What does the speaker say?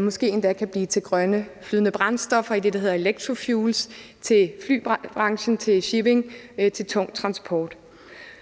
måske endda kan blive til grønne flydende brændstoffer i det, der hedder electrofuels, til flybranchen, shipping og tung transport.